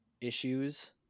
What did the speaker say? issues